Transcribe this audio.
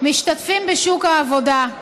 משתתפים בשוק העבודה.